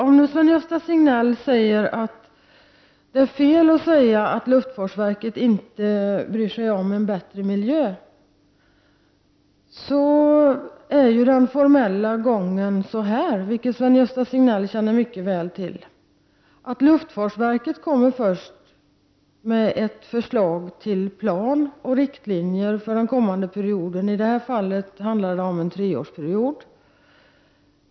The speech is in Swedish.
Om Sven-Gösta Signell anser att det är fel att säga att luftfartsverket inte bryr sig om en bättre miljö, så är ju den formella gången följande, vilket Sven-Gösta Signell mycket väl känner till, nämligen att luftfartsverket först lägger fram ett förslag till plan och riktlinjer för den kommande perioden. I det här fallet handlar det om en treårsperiod.